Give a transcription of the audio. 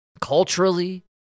culturally